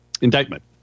indictment